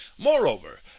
Moreover